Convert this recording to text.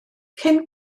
cyn